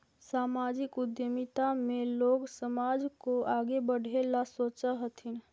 सामाजिक उद्यमिता में लोग समाज को आगे बढ़े ला सोचा हथीन